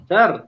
Sir